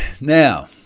Now